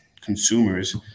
consumers